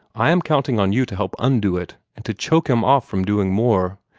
i am counting on you to help undo it, and to choke him off from doing more.